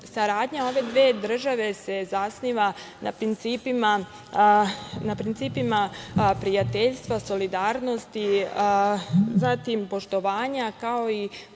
Saradnja ove dve države se zasniva na principima prijateljstva, solidarnosti, zatim poštovanja, kao i